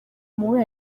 mubi